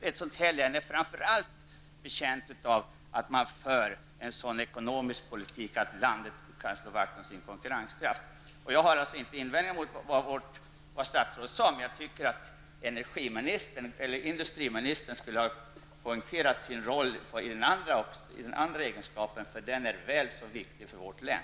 Ett sådant län som vårt är framför allt betjänt av att det förs sådan ekonomisk politik att landet kan slå vakt om sin konkurrenskraft. Jag har alltså inte invändningar mot vad industriministern sade, men jag tycker att industriministern skulle ha poängterat sin roll på energiområdet, för det är väl så viktigt för vårt län.